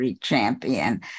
champion